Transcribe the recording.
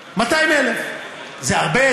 200,000. זה הרבה?